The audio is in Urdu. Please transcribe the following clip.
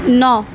نو